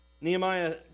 Nehemiah